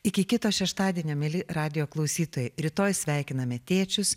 iki kito šeštadienio mieli radijo klausytojai rytoj sveikiname tėčius